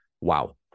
wow